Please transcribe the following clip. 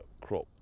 crop